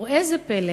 וראה זה פלא,